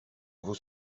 vous